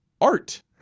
art